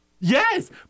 Yes